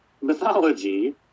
mythology